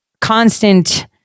constant